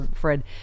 Fred